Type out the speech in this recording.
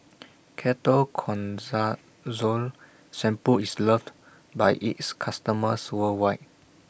Ketoconazole Shampoo IS loved By its customers worldwide